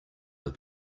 have